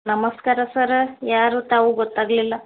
ನಮಸ್ಕಾರ ಸರ ಯಾರು ತಾವು ಗೊತ್ತಾಗಲಿಲ್ಲ